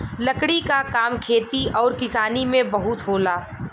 लकड़ी क काम खेती आउर किसानी में बहुत होला